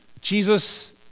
Jesus